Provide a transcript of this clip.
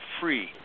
free